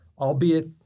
albeit